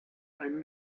ein